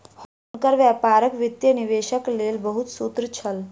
हुनकर व्यापारक वित्तीय निवेशक लेल बहुत सूत्र छल